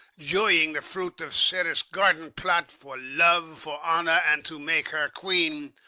joying the fruit of ceres' garden-plot, for love, for honour, and to make her queen,